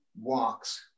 walks